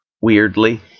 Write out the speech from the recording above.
weirdly